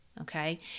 Okay